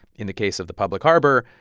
in the case of the public harbor,